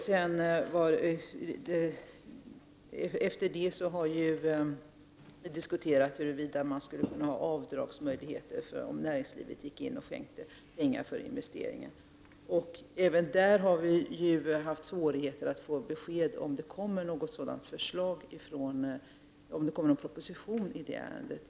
Därefter har det diskuterats om det skulle kunna finnas avdragsmöjligheter för detta, om näringslivet gick in och skänkte pengar till investeringen. Det har varit svårigheter att få besked om huruvida det kommer någon proposition i det ärendet.